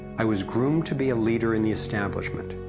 i was growed to be a leader in the establishment,